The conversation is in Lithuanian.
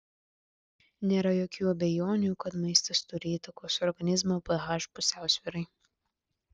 nėra jokių abejonių kad maistas turi įtakos organizmo ph pusiausvyrai